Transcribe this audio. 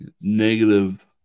negative